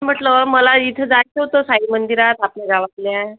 म्हंटलं मला इथे जायचं होतं साईबाबा मंदिरात आपल्या गावातल्या